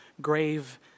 grave